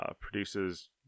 produces